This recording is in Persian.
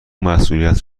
مسئولیت